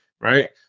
right